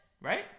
right